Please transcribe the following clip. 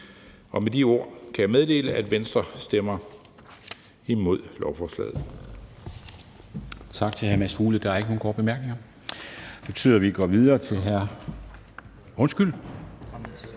Og med de ord kan jeg meddele, at Venstre stemmer imod lovforslaget.